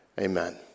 Amen